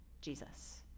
Jesus